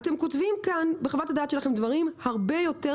אתם כותבים בחוות הדעת שלכם דברים הרבה יותר